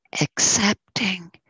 accepting